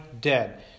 dead